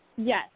Yes